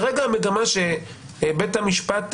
כרגע המגמה שבית המשפט,